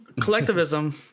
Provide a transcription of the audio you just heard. collectivism